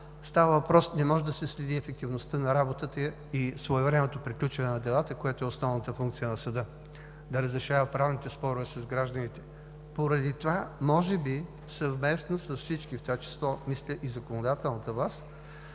Става въпрос, че не може да се следи ефективността на работата и своевременното приключване на делата, което е основната функция на съда – да разрешава правните спорове с гражданите. Поради това може би съвместно с всички, в това число, мисля, и със законодателната власт,